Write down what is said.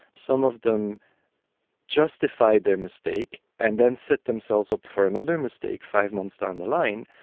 some of them justified their mistake and then set themselves up for another mistake five months down the line,